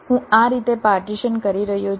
હું આ રીતે પાર્ટીશન કરી રહ્યો છું